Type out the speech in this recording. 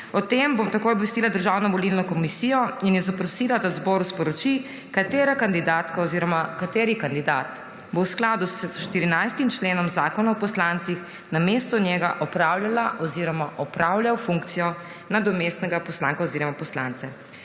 O tem bom takoj obvestila Državno volilno komisijo in jo zaprosila, da zboru sporoči, katera kandidatka oziroma kateri kandidat bo v skladu s 14. členom Zakona o poslancih namesto njega opravljala oziroma opravljal funkcijo nadomestnega poslanca oziroma poslanke.